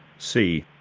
see.